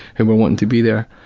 who were wanting to be there.